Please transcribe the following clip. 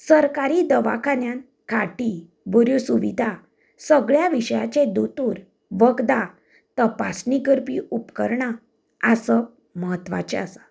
सरकारी दवाखान्यांत खाटी बऱ्यो सुविधा सगळ्या विशयांचेर दोतोर वखदां तपासणी करपी उपकरणां आसप म्हत्वाचें आसा